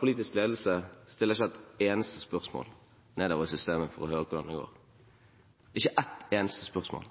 Politisk ledelse stiller ikke et eneste spørsmål nedover i systemet for å høre hvordan det går – ikke ett eneste spørsmål.